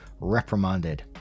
reprimanded